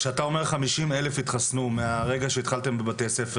כשאתה אומר 50,000 התחסנו מהרגע שהתחלתם בבתי הספר,